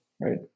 right